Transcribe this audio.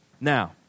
Now